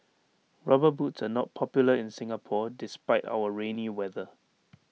rubber boots are not popular in Singapore despite our rainy weather